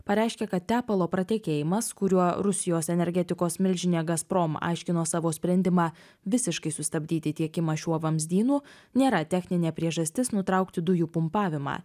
pareiškė kad tepalo pratekėjimas kuriuo rusijos energetikos milžinė gazprom aiškino savo sprendimą visiškai sustabdyti tiekimą šiuo vamzdynu nėra techninė priežastis nutraukti dujų pumpavimą